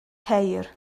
ceir